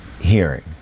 hearing